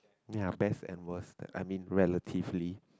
ya best and worst I mean relatively